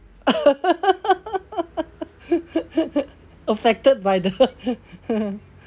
affected by the